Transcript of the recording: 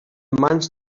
mans